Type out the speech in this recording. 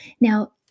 Now